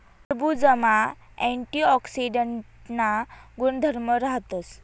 टरबुजमा अँटीऑक्सीडांटना गुणधर्म राहतस